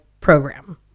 program